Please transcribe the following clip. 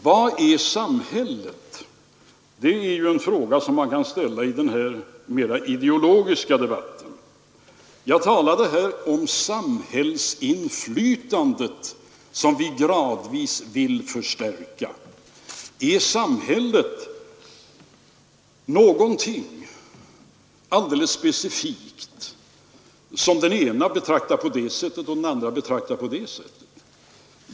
Vad är samhället? Det är en fråga som man kan ställa i den mer ideologiska debatten. Jag talade här om det samhällsinflytande som vi gradvis vill förstärka. Är samhället någonting alldeles specifikt som den ene betraktar på ett sätt och den andre på ett annat?